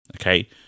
Okay